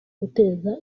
guteza